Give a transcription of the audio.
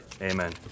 Amen